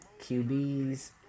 QBs